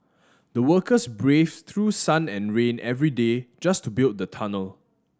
the workers brave through sun and rain every day just to build the tunnel